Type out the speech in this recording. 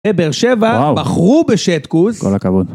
בבאר שבע, בחרו בשטקוס. כל הכבוד.